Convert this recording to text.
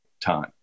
time